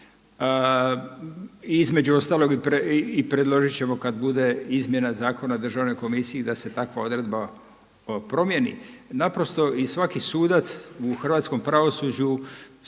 između ostalog i predložit ćemo kad bude izmjena Zakona o Državnoj komisiji da se takva odredba promjeni. Naprosto i svaki sudac u hrvatskom pravosuđu sudi